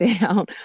down